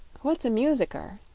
what's a musicker?